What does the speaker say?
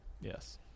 Yes